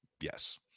Yes